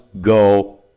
go